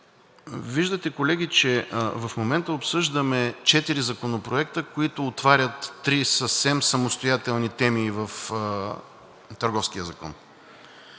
Виждате, колеги, че в момента обсъждаме четири законопроекта, които отварят три съвсем самостоятелни теми в